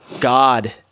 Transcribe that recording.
god